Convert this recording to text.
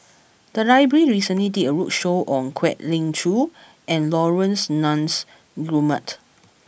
the library recently did a roadshow on Kwek Leng Joo and Laurence Nunns Guillemard